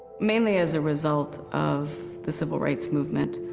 mainly as a result of the civil rights movement,